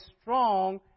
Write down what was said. strong